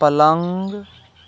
पलङ्ग